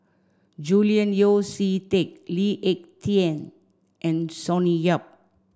Julian Yeo See Teck Lee Ek Tieng and Sonny Yap